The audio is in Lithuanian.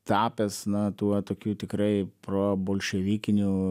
tapęs na tuo tokių tikrai probolševikiniu